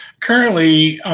currently,